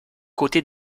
côtés